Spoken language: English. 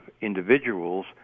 individuals